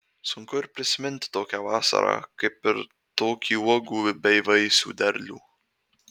sunku ir prisiminti tokią vasarą kaip ir tokį uogų bei vaisių derlių